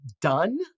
done